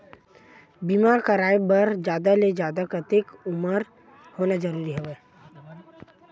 बीमा कराय बर जादा ले जादा कतेक उमर होना जरूरी हवय?